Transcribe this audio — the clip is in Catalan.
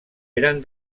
eren